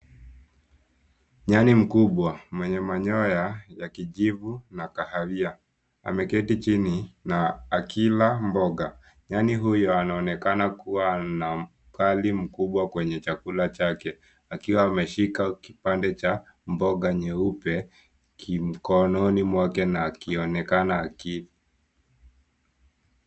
Nyaani mkubwa, mwenye manyoya ya kijivu na kahawia. Ameketi chini na akila mboga. Nyaani huyo anaonekana kuwa na mpali mkubwa kwenye chakula chake, akiwa ameshika kipande cha mboga nyeupe kimkononi mwake na akionekana akila.